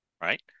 right